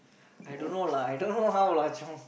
I don't know lah I don't know how lah Chong